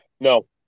No